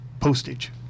postage